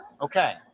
Okay